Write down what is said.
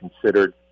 considered